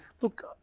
Look